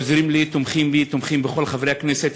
עוזרים לי, תומכים בי, תומכים בכל חברי הכנסת.